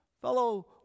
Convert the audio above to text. fellow